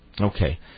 okay